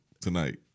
tonight